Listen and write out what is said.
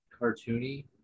cartoony